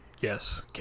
Yes